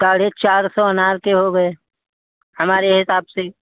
साढ़े चार सौ अनार के हो गए हमारे हिसाब से